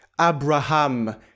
Abraham